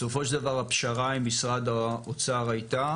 בסופו של דבר הפשרה עם משרד האוצר הייתה